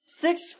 six